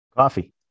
Coffee